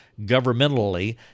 governmentally